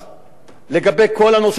לגבי כל הנושא של המסתננים,